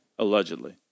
Allegedly